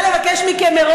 ברכת שהחיינו.